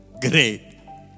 great